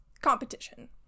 competition